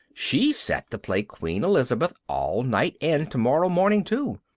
she's set to play queen elizabeth all night and tomorrow morning too.